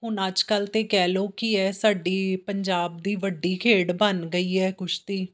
ਹੁਣ ਅੱਜ ਕੱਲ੍ਹ ਤਾਂ ਕਹਿ ਲਉ ਕਿ ਇਹ ਸਾਡੀ ਪੰਜਾਬ ਦੀ ਵੱਡੀ ਖੇਡ ਬਣ ਗਈ ਹੈ ਕੁਸ਼ਤੀ